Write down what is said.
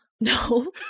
no